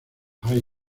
high